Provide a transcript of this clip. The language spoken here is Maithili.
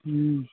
हूँ